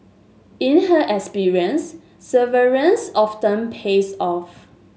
in her experience severance often pays off